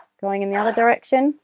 going in the other direction